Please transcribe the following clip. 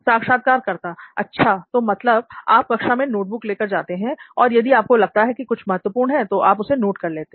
साक्षात्कारकर्ता अच्छा तो मतलब आप कक्षा में नोटबुक लेकर जाते हैं और यदि आपको लगता है कि कुछ महत्वपूर्ण है तो आप उसे नोट कर लेते हैं